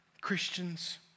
Christians